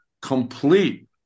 complete